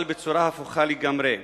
אבל בצורה הפוכה לגמרי: